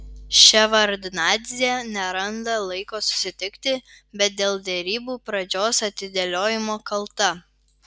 ševardnadzė neranda laiko susitikti bet dėl derybų pradžios atidėliojimo kalta